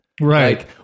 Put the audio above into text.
Right